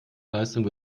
leistung